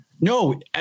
No